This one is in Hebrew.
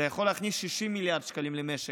זה יכול להכניס 60 מיליארד שקלים למשק.